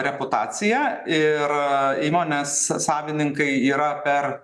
reputacija ir įmonės savininkai yra per